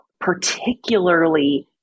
particularly